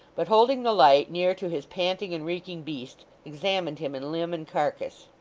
but holding the light near to his panting and reeking beast, examined him in limb and carcass.